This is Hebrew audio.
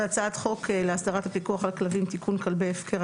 והצעת חוק להסדרת הפיקוח על כלבים (תיקון - כלבי הפקר),